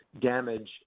damage